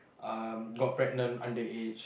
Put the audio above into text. uh got pregnant underage